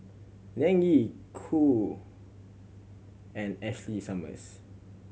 Liang Yi Qoo and Ashley Summers